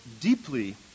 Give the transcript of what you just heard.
deeply